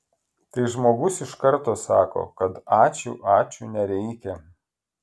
tai žmogus iš karto sako kad ačiū ačiū nereikia